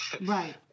Right